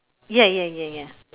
ya ya ya ya